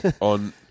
on